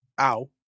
ow